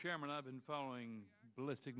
chairman i've been following ballistic